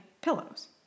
pillows